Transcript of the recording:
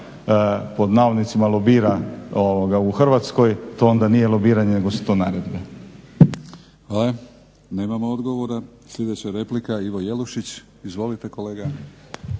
pod navodnicima lobira u Hrvatskoj to onda nije lobiranje nego su to naredbe. **Batinić, Milorad (HNS)** Hvala. Nemamo odgovora. Sljedeća replika Ivo Jelušić, izvolite.